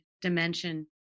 dimension